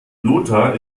lothar